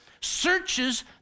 searches